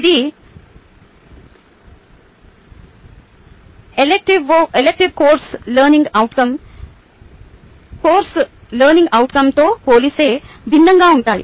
ఇది elective course learning outcome core కోర్సుల learning అవుట్కంతో పోలిస్తే భిన్నంగా ఉంటాయి